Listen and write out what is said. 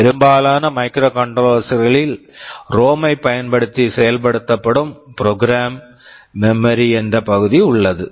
பெரும்பாலான microcontrollers microcontrollers களில் ROM ROM ஐப் பயன்படுத்தி செயல்படுத்தப்படும் ப்ரோக்ராம் மெமரி program memory என்ற பகுதி உள்ளது